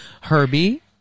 herbie